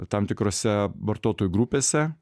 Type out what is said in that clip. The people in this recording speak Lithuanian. tam tikrose vartotojų grupėse